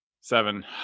Seven